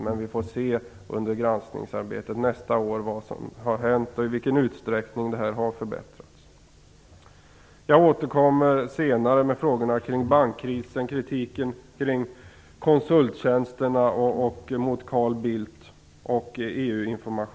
Men vi får under granskningsarbetet nästa år se vad som har hänt och i vilken utsträckning jämställdheten har förbättrats. Jag återkommer senare till frågorna om bankkrisen, kritiken kring konsulttjänsterna och kritiken mot